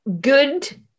good